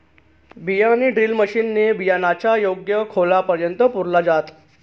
बियाणे drill machine ने बियाणांना योग्य खोलापर्यंत पुरल जात